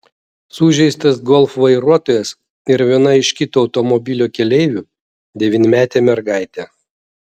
sužeistas golf vairuotojas ir viena iš kito automobilio keleivių devynmetė mergaitė